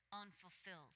unfulfilled